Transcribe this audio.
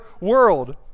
world